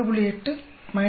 8 19